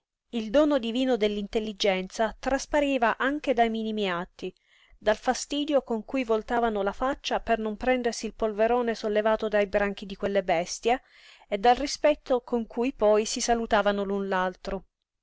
il dono divino dell'intelligenza traspariva anche dai minimi atti dal fastidio con cui voltavano la faccia per non prendersi il polverone sollevato dai branchi di quelle bestie e dal rispetto con cui poi si salutavano l'un